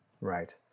Right